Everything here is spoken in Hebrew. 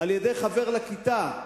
על-ידי חבר לכיתה,